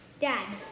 Dad